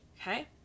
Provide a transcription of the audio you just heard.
Okay